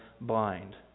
blind